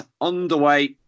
underway